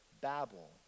Babel